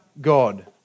God